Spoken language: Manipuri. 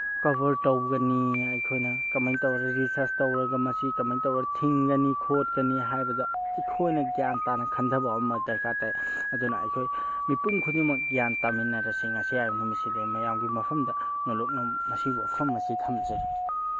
ꯀꯕꯔ ꯇꯧꯒꯅꯤ ꯑꯩꯈꯣꯏꯅ ꯀꯃꯥꯏꯅ ꯇꯧꯔ ꯔꯤꯁꯔꯁ ꯇꯧꯔꯒ ꯃꯁꯤ ꯀꯃꯥꯏꯅ ꯇꯧꯔ ꯊꯤꯡꯒꯅꯤ ꯈꯣꯠꯀꯅꯤ ꯍꯥꯏꯕꯗꯣ ꯑꯩꯈꯣꯏꯅ ꯒ꯭ꯌꯥꯟ ꯇꯥꯅ ꯈꯟꯊꯕ ꯑꯃ ꯗꯔꯀꯥꯔ ꯇꯥꯏ ꯑꯗꯨꯅ ꯑꯩꯈꯣꯏ ꯃꯤꯄꯨꯝ ꯈꯨꯗꯤꯡꯃꯛ ꯒ꯭ꯌꯥꯟ ꯇꯥꯃꯤꯟꯅꯔꯁꯤ ꯉꯁꯤ ꯍꯥꯏꯕ ꯅꯨꯃꯤꯠꯁꯤꯗꯒꯤ ꯃꯌꯥꯝꯒꯤ ꯃꯐꯝꯗ ꯅꯣꯂꯨꯛꯅ ꯃꯁꯤ ꯋꯥꯐꯝ ꯑꯁꯤ ꯊꯝꯖꯔꯤ